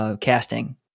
casting